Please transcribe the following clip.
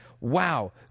wow